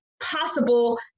possible